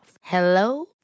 Hello